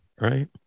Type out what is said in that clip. right